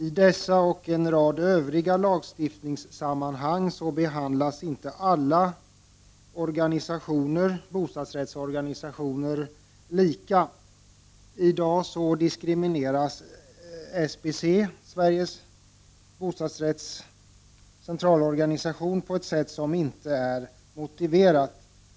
I dessa och i en rad andra lagstiftningssammanhang behandlas inte alla bostadsrättsorganisationer lika. I dag diskrimineras SBC, Sveriges bostadsrättsföreningars centralorganisation på ett sätt som inte är motiverat.